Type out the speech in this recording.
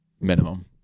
minimum